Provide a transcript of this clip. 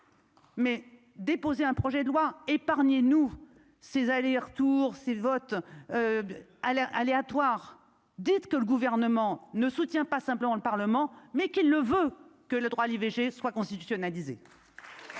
Mais, déposer un projet de loi, épargnez-nous ces allers et retours, c'est votre à l'aléatoire, dites que le gouvernement ne soutient pas simplement le parlement mais qu'il ne veut que le droit à l'IVG soit constitutionnalisé.